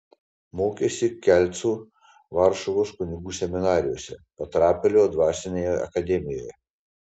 mokėsi kelcų varšuvos kunigų seminarijose petrapilio dvasinėje akademijoje